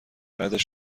بعدش